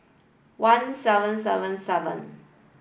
one seven seven seven